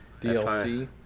DLC